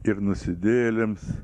ir nusidėjėliams